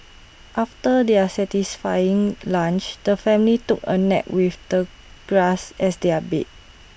after their satisfying lunch the family took A nap with the grass as their bed